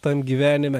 tam gyvenime